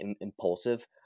impulsive